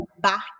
back